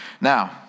Now